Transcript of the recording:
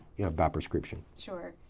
you know, by prescription. sure.